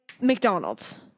McDonald's